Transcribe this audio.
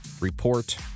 report